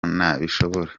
nabishobora